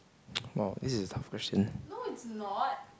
!wow! this is a tough question